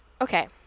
okay